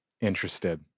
interested